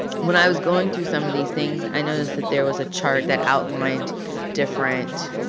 when i was going through some of these things, i noticed that there was a chart that out lined different